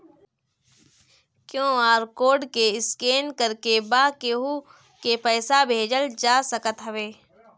QR code के scan करके बा केहू के पईसा भेजल जा सकत हवे